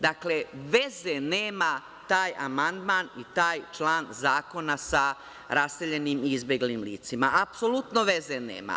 Dakle, veze nema taj amandman i taj član zakona sa raseljenim i izbeglim licima, apsolutno veze nema.